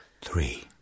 Three